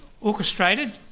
orchestrated